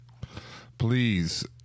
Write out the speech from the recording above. please